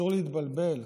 אסור להתבלבל.